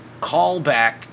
callback